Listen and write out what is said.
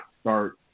start